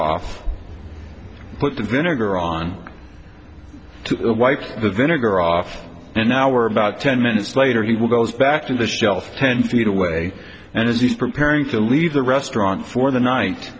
off put the vinegar on to wipe the vinegar off and now we're about ten minutes later he will goes back to the shelf ten feet away and he's preparing to leave the restaurant for the night